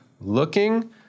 looking